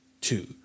two